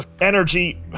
energy